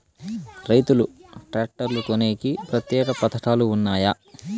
రైతులు ట్రాక్టర్లు కొనేకి ప్రత్యేక పథకాలు ఉన్నాయా?